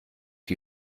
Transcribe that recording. die